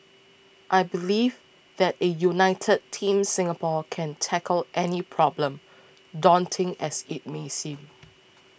I believe that a united Team Singapore can tackle any problem daunting as it may seem